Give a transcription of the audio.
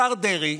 השר דרעי